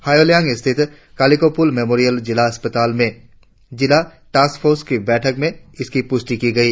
हायूलियांग स्थित कालिखो पुल मेमोरियल जिला अस्पताल में जिला टास्कफोर्स की बैठक में इसकी पुष्टी की गई